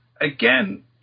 again